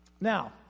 Now